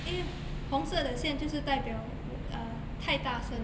因为红色的线就是代表我 ah 太大声